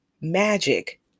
magic